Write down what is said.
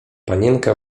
panienka